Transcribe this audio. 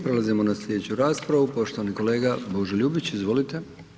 Prelazimo na slijedeću raspravu, poštovani kolega Božo Ljubić, izvolite.